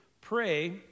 Pray